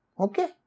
Okay